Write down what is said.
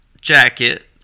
jacket